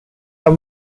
are